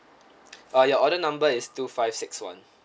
uh your order number is two five six one